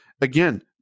again